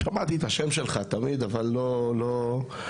שמעתי את השם שלך תמיד אבל לא הכרתי.